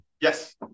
Yes